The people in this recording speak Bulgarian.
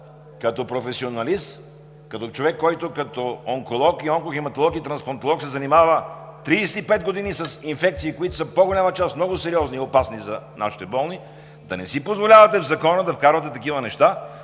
като професионалист, като човек онколог и онкохематолог, и трансплантолог се занимава 35 години с инфекции, които в по-голямата част са много сериозни и опасни за нашите болни, да не си позволявате в Закона да вкарвате такива неща,